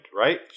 right